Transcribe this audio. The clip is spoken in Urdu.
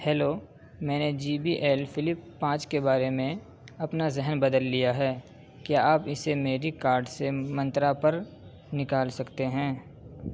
ہیلو میں نے جے بی ایل فلپ پانچ کے بارے میں اپنا ذہن بدل لیا ہے کیا آپ اسے میری کارٹ سے منترا پر نکال سکتے ہیں